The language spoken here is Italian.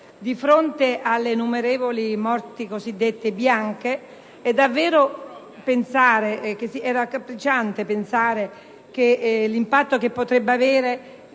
Di fronte alle innumerevoli morti cosiddette bianche, è davvero raccapricciante pensare all'impatto che potrebbe avere